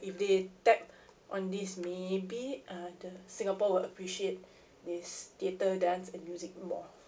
if they tap on this may be uh the singapore will appreciate this theatre dance and music more